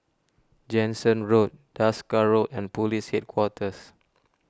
Jansen Road Desker Road and Police Headquarters